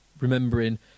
remembering